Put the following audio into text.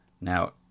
Now